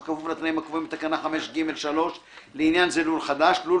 ובכפוף לתנאים הקבועים בתקנה 5(ג)(3); לעניין זה "לול חדש" לול